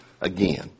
again